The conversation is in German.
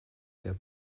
der